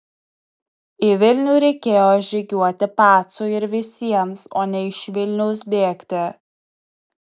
į vilnių reikėjo žygiuoti pacui ir visiems o ne iš vilniaus bėgti